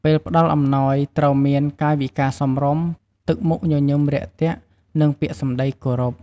ពេលផ្តល់អំណោយ ត្រូវមាន កាយវិការសមរម្យ ទឹកមុខញញឹមរាក់ទាក់ និងពាក្យសម្តីគោរព។